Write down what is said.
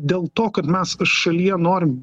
dėl to kad mes šalyje norim